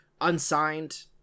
unsigned